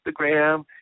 Instagram